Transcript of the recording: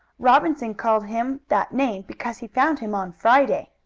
robinson called him that name because he found him on friday.